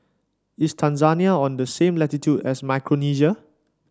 is Tanzania on the same latitude as Micronesia